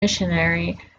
missionary